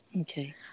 okay